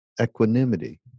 equanimity